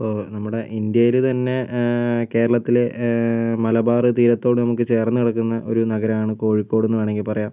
ഇപ്പോൾ നമ്മുടെ ഇന്ത്യയില് തന്നെ കേരളത്തില് മലബാർ തീരത്തോട് നമുക്ക് ചേർന്ന് കിടക്കുന്ന ഒരു നഗരമാണ് കോഴിക്കോട് എന്ന് വേണമെങ്കിൽ പറയാം